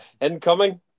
incoming